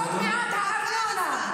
עוד מעט הארנונה.